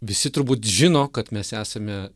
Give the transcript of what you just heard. visi turbūt žino kad mes esame